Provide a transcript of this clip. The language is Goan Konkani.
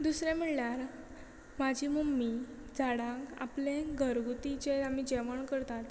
दुसरें म्हणल्यार म्हजी मम्मी झाडांक आपले घरगुतीचेर आमी जेवण करतात